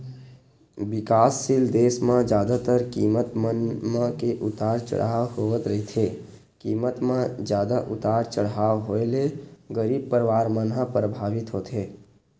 बिकाससील देस म जादातर कीमत मन म के उतार चड़हाव होवत रहिथे कीमत म जादा उतार चड़हाव होय ले गरीब परवार मन ह परभावित होथे